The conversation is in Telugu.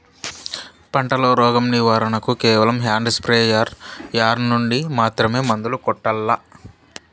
పంట లో, రోగం నివారణ కు కేవలం హ్యాండ్ స్ప్రేయార్ యార్ నుండి మాత్రమే మందులు కొట్టల్లా?